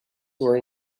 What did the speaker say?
were